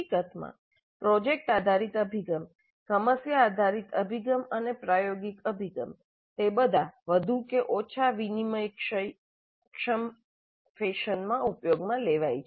હકીકતમાં પ્રોજેક્ટ આધારિત અભિગમ સમસ્યા આધારિત અભિગમ અને પ્રાયોગિક અભિગમ તે બધા વધુ કે ઓછા વિનિમયક્ષમ ફેશનમાં ઉપયોગમાં લેવાય છે